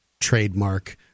trademark